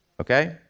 Okay